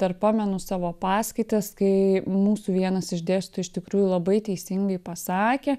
dar pamenu savo paskaitas kai mūsų vienas iš dėstytojų iš tikrųjų labai teisingai pasakė